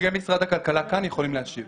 נציגי משרד הכלכלה נמצאים כאן, הם יכולים להשיב.